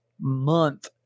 month